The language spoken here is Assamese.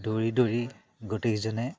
দৌৰি দৌৰি গোটেইজনে